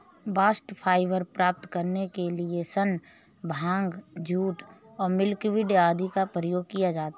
bast fibre प्राप्त करने के लिए सन, भांग, जूट, मिल्कवीड आदि का उपयोग किया जाता है